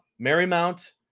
Marymount